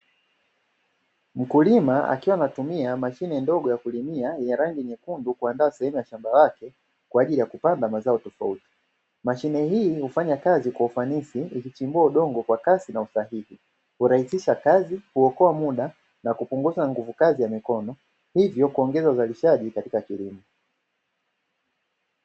Mkulima akiwa anatumia mashine ndogo ya kulimia yenye rangi nyekundu kuandaa sehemu ya shamba lake kwa ajili ya kupanda mazao tofauti, mashine hii hufanya kazi kwa ufanisi ikichimbua udongo kwa kasi na usahihi, hurahisisha kazi, huokoa muda na kupunguza nguvu kazi ya mikono hivyo kuongeza uzalishaji katika kilimo.